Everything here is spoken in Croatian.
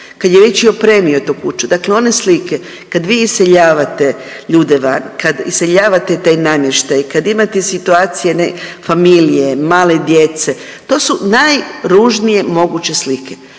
kad je već i opremio tu kuću. Dakle one slike kad vi iseljavate ljude van, kad iseljavat taj namještaj, kad imate situacije familije, male djece, to su najružnije moguće slike.